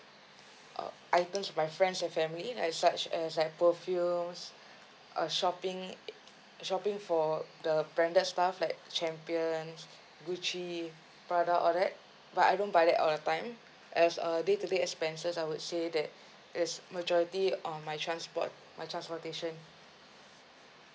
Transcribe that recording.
uh items my friends and family like such as like perfumes uh shopping shopping for the branded stuff like Champion Gucci Prada all that but I don't buy that all the time as a day to day expenses I would say that is majority on my transport my transportation